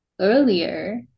Earlier